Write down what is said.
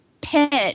pit